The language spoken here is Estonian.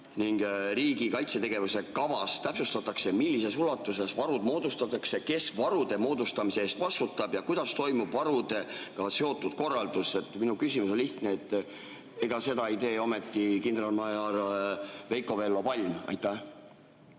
jne). Riigi kaitsetegevuse kavas täpsustatakse, millises ulatuses varud moodustatakse, kes varude moodustamise eest vastutab ja kuidas toimub varudega seotud korraldus." Minu küsimus on lihtne: ega seda ei tee ometi kindralmajor Veiko-Vello Palm? Tänan,